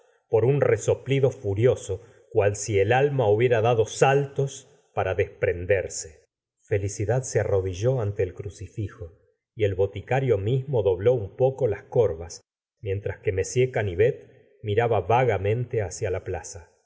por un resoplido furioso cual si el alma hubie ra dado saltos para desprenderse felicidad se arrodilló ante el crucifijo y el boticario mismo dobló un poco las corvas mientras que m canivet miraba vagamente hacia la plaza